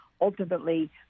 ultimately